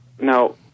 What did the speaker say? Now